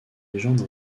légende